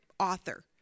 author